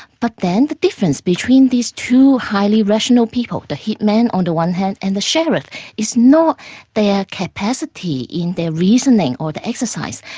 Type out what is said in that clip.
but then, the difference between these two highly rational people, the hit-man on the one hand, and the sherrif is not their capacity in their reasoning or the exercise,